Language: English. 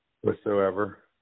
whatsoever